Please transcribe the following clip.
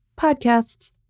podcasts